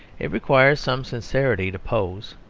it requires some sincerity to pose.